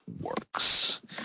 works